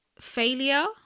failure